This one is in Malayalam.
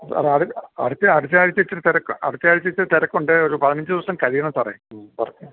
സാറേ അടുത്ത അടുത്തയാഴ്ച്ച ഇച്ചിരി തിരക്കാണ് അടുത്തയാഴ്ച്ച ഇത്തിരി തിരക്കുണ്ട് ഒരു പതിനഞ്ച് ദിവസം കഴിയണം സാറേ മ്മ് വർ